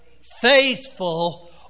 faithful